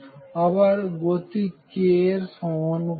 আবার গতি k এর সঙ্গে সমানুপাতিক